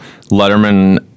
Letterman